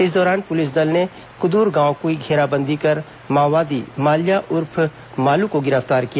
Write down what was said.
इस दौरान पुलिस दल ने कुदूर गांव की घेराबंदी कर माओवादी माल्या उर्फ मालू को गिरफ्तार किया